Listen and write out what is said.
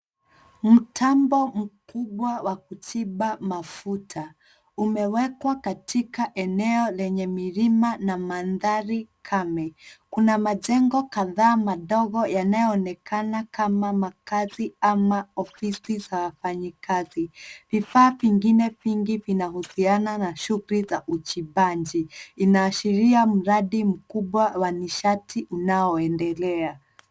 Mtambo mkubwa wa kuchimba mafuta umewekwa katika eneo lenye milima na mandhari kame. Kuna majengo kadhaa madogo yanayoonekana kama makaazi ama ofisi za wafanyikazi. Vifaa vingine vingi vinahusiana na shughuli za uchimbaji. Inaashiria mradi mkubwa wa nishati unaoendelea.